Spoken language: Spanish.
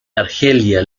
argelia